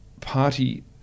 party